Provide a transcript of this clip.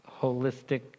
holistic